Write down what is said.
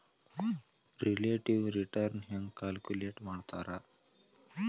relative return ಹೆಂಗ calculate ಮಾಡ್ತಾರಾ